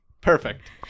perfect